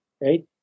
right